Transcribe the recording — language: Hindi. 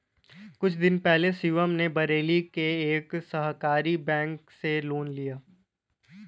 कुछ दिन पहले शिवम ने बरेली के एक सहकारी बैंक से लोन लिया